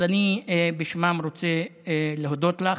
אז בשמם אני רוצה להודות לך.